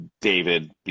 David